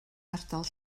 ardal